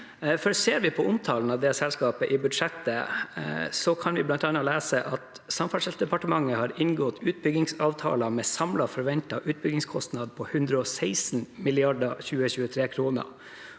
omtalen av det selskapet i budsjettet, kan vi bl.a. lese at Samferdselsdepartementet har inngått utbyggingsavtaler med en samlet forventet utbyggingskostnad på 116 mrd. 2023-kroner,